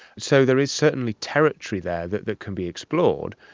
so there is certainly territory there that that can be explored.